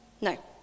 no